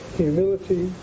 humility